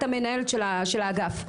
את המנהלת של האגף.